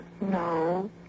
No